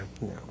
No